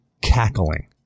cackling